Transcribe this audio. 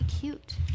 cute